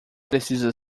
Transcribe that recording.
precisa